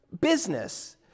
Business